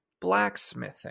blacksmithing